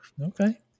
Okay